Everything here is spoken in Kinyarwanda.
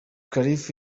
khalifa